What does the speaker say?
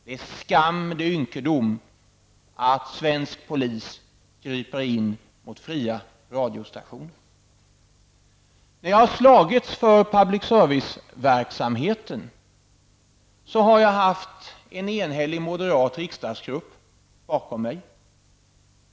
Det är skam, det är ynkedom att svensk polis griper in mot fria radiostationer. När jag slagits för public service-verksamheten har jag haft en enhällig moderat riksdagsgrupp bakom mig.